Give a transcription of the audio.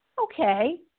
okay